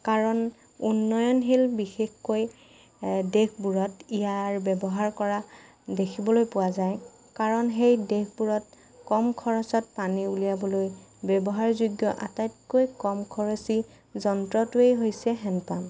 কাৰণ উন্নয়নশীল বিশেষকৈ দেশবোৰত ইয়াৰ ব্যৱহাৰ কৰা দেখিবলৈ পোৱা যায় কাৰণ সেই দেশবোৰত কম খৰচত পানী উলিয়াবলৈ ব্যৱহাৰ যোগ্য আটাইটকৈ কম খৰচী যন্ত্ৰটোৱেই হৈছে হেণ্ড পাম্প